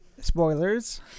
Spoilers